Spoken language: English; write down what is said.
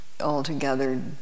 altogether